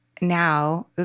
now